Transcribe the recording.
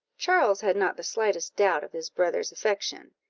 charles had not the slightest doubt of his brother's affection,